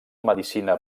medicina